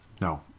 No